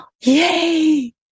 Yay